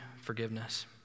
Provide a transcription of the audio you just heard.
forgiveness